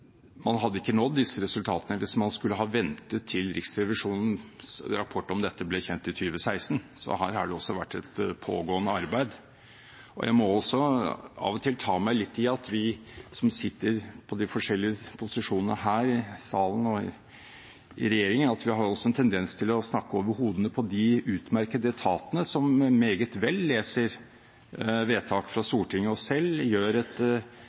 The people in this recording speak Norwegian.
man hadde ikke nådd disse resultatene hvis man skulle ha ventet til Riksrevisjonens rapport om dette ble kjent i 2016, så her har det også vært et pågående arbeid. Jeg må også av og til ta meg litt i at vi som sitter på de forskjellige posisjonene her i salen og i regjeringen, har en tendens til å snakke over hodene på de utmerkede etatene som meget vel leser vedtak fra Stortinget og selv gjør et